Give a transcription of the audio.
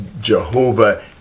Jehovah